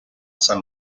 san